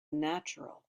natural